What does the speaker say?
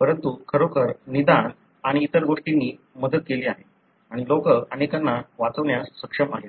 परंतु खरोखर निदान आणि इतर गोष्टींनी मदत केली आहे आणि लोक अनेकांना वाचवण्यास सक्षम आहेत